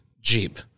Jeep